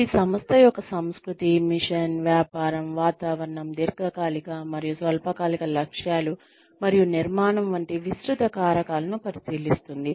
ఇది సంస్థ యొక్క సంస్కృతి మిషన్ వ్యాపారం వాతావరణం దీర్ఘకాలిక మరియు స్వల్పకాలిక లక్ష్యాలు మరియు నిర్మాణం వంటి విస్తృత కారకాలను పరిశీలిస్తుంది